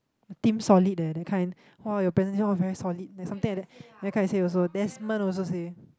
team solid leh that kind !wow! your presentation all very solid like something like that they come and say also Desmond also say